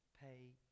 pay